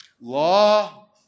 law